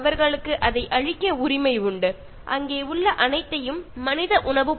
അവർക്ക് അത് നശിപ്പിക്കാനും അവിടെയുള്ളതൊക്കെ ഉപയോഗിച്ച് തീർക്കാനും അധികാരമുണ്ടെന്നാണ്